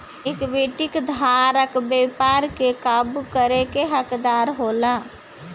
equity धारक व्यापार के काबू करे के हकदार होला